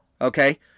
okay